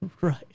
right